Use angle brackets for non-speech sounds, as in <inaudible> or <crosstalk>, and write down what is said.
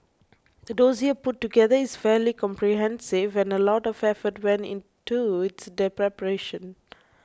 the dossier put together is fairly comprehensive and a lot of effort went into its <unintelligible> preparation